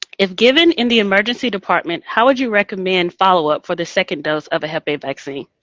if given in the emergency department, how would you recommend follow-up for the second dose of a hep a vaccine?